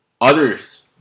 Others